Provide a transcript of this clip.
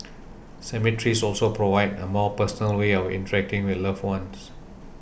cemeteries also provide a more personal way of interacting with loved ones